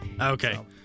Okay